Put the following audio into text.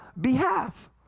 behalf